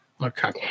okay